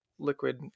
liquid